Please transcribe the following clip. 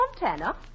Montana